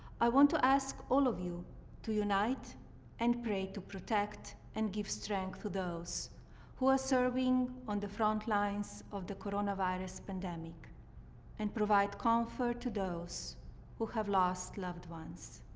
i want to ask all of you to unite and pray, to protect and give strength to those who are serving on the front lines of the coronavirus pandemic and provide comfort to those who have lost loved ones.